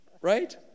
Right